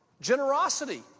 generosity